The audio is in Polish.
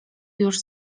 już